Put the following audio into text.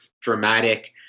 dramatic